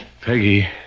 Peggy